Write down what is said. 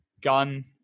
gun